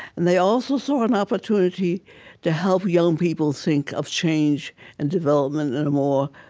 and they also saw an opportunity to help young people think of change and development in a more